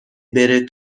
بره